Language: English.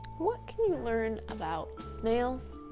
what can you learn about snails?